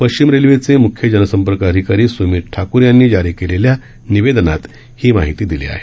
पश्चिम रेल्वेचे मुख्य जनसंपर्क अधिकारी सुमित ठाकूर यांनी जारी केलेल्या निवेदनात ही माहिती दिली आहे